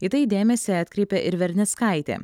į tai dėmesį atkreipė ir vernickaitė